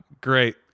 great